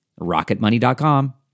RocketMoney.com